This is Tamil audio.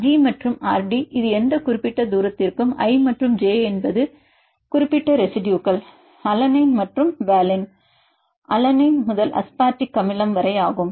G மற்றும் rd இது எந்த குறிப்பிட்ட தூரத்திற்கும் i மற்றும் j என்பது குறிப்பிட்ட ரெசிடுயுகள் அலனைன் மற்றும் வாலின் அலனைன் முதல் அஸ்பார்டிக் அமிலம் ஆகும்